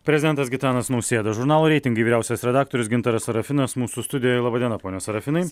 prezidentas gitanas nausėda žurnalo reitingai vyriausias redaktorius gintaras serafinas mūsų studijoje laba diena ponios serafinai